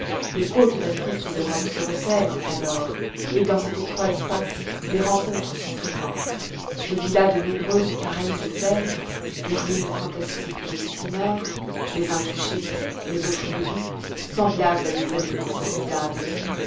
les côtes d'afrique et d'europe se resserrent alors et dans cet étroit espace les rencontres sont fréquentes je vis là de nombreuses carènes de fer des ruines fantastiques de steamers les uns couchés les autres debout semblables à des animaux formidables